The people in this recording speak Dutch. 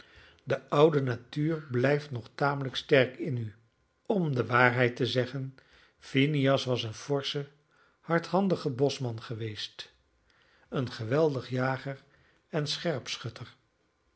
de oude natuur blijft nog tamelijk sterk in u om de waarheid te zeggen phineas was een forsche hardhandige boschman geweest een geweldig jager en